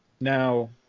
Now